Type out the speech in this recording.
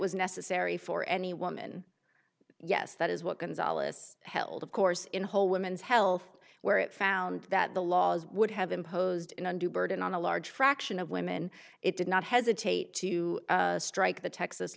was necessary for any woman yes that is what gonzales held of course in whole women's health where it found that the laws would have imposed an undue burden on a large fraction of women it did not hesitate to strike the texas